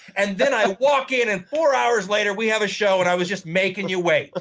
and then i walk in and four hours later, we have a show and i was just making you wait. but